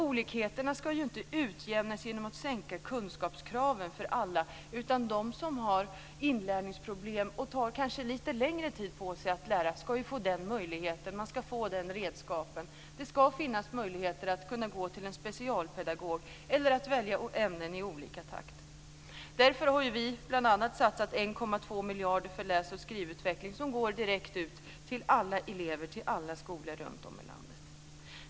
Olikheterna ska inte utjämnas genom att sänka kunskapskraven för alla, utan de som har inlärningsproblem och som kanske tar lite längre tid på sig att lära ska få möjligheter till och redskap för det. Det ska finnas möjligheter att gå till en specialpedagog eller att välja ämnen i olika takt. Därför har vi bl.a. satsat 1,2 miljarder kronor på läs och skrivutveckling som går direkt ut till alla elever och till alla skolor runtom i landet.